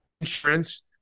insurance